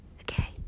okay